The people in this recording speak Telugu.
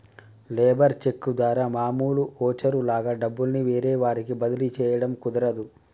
లేబర్ చెక్కు ద్వారా మామూలు ఓచరు లాగా డబ్బుల్ని వేరే వారికి బదిలీ చేయడం కుదరదు